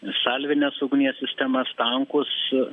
salvinės ugnies sistemas tankus